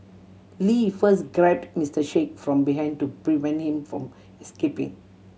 Lee first grabbed Mister Sheikh from behind to prevent him from escaping